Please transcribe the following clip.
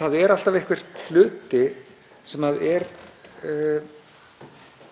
það er alltaf einhver hluti sem er